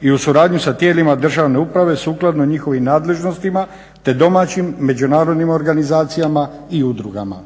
i u suradnji sa tijelima državne uprave sukladno njihovim nadležnostima, te domaćim, međunarodnim organizacijama i udrugama.